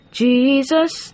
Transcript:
jesus